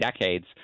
decades